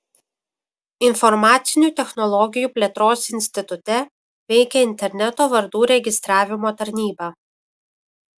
informacinių technologijų plėtros institute veikia interneto vardų registravimo tarnyba